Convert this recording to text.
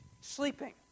sleeping